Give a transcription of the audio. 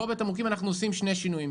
בתמרוקים אנחנו עושים שני שינויים.